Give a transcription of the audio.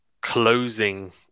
closing